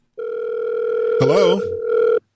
Hello